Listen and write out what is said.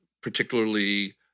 particularly